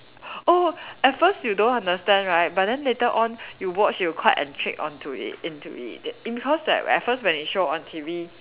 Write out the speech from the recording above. oh at first you don't understand right but then later on you watch you quite intrigued onto it into it because at first when it's shown at T_V